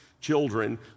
children